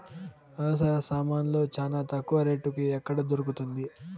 వ్యవసాయ సామాన్లు చానా తక్కువ రేటుకి ఎక్కడ దొరుకుతుంది?